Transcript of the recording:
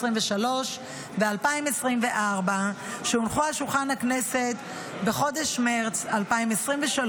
ו-2024 שהונחו על שולחן הכנסת בחודש מרץ 2023,